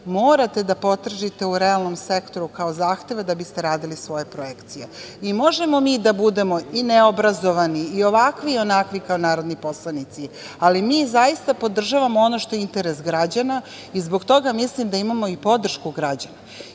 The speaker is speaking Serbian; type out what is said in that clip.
morate da potražite u realnom sektoru kao zahteve da biste radili svoje projekcije. Možemo mi da budemo i neobrazovani i ovakvi i onakvi kao narodni poslanici, ali mi zaista podržavamo ono što je interes građana i zbog toga mislim da imamo i podršku građana.